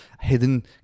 hidden